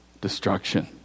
destruction